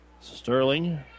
Sterling